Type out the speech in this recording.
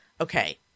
okay